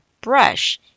brush